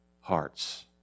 hearts